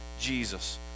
Jesus